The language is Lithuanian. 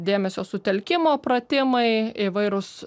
dėmesio sutelkimo pratimai įvairūs